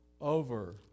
over